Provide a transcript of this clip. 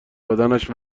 بدنش